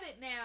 now